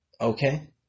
Okay